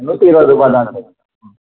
நூற்றி இருபதுரூபாதான் சார் ம்